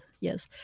yes